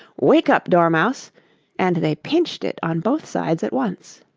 wake up, dormouse and they pinched it on both sides at once.